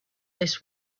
this